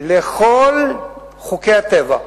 לכל חוקי הטבע,